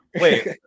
Wait